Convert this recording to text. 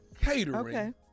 Catering